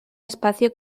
espacio